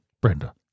Brenda